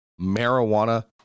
marijuana